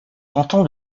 canton